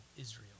Israel